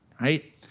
right